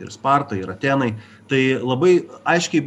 ir sparta ir atėnai tai labai aiškiai